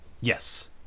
Yes